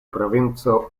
provinco